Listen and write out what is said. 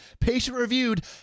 patient-reviewed